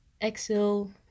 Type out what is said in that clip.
Excel